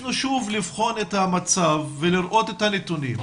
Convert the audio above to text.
ביקשנו שוב לבחון את המצב ולראות את הנתונים.